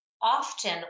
often